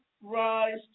rise